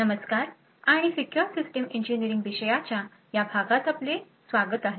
नमस्कार आणि secure system engineering विषयाच्या या भागात आपले स्वागत आहे